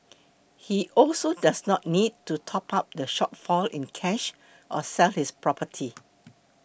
he also does not need to top up the shortfall in cash or sell his property